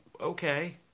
Okay